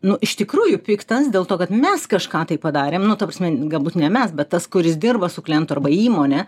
nu iš tikrųjų piktas dėl to kad mes kažką tai padarėm nu ta prasme galbūt ne mes bet tas kuris dirba su klientu arba įmone